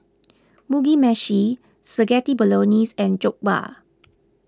Mugi Meshi Spaghetti Bolognese and Jokbal